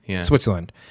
Switzerland